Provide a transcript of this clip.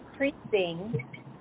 increasing